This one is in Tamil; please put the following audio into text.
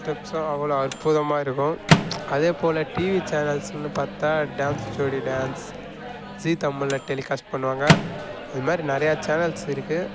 ஸ்டெப்ஸும் அவ்வளோ அற்புதமாக இருக்கும் அதே போல டிவி சேனல்ஸுன்னு பார்த்தா டான்ஸ் ஜோடி டான்ஸ் ஜீ தமிழில் டெலிகாஸ்ட் பண்ணுவாங்க இந்த மாதிரி நிறையா சேனல்ஸ் இருக்குது